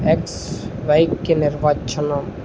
X Y కి నిర్వచనం